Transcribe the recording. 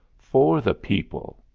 for the people,